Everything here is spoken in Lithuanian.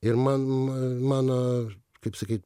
ir man ma mano kaip sakyt